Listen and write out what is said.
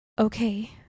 Okay